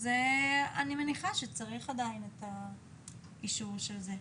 אז אני מניחה שצריך עדיין את האישור של זה.